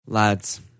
Lads